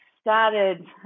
started